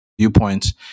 viewpoints